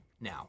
now